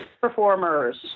performers